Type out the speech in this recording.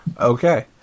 Okay